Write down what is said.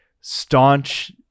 staunch